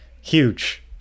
huge